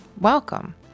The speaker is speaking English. welcome